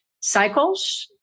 cycles